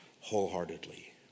wholeheartedly